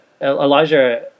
Elijah